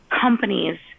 companies